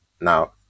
now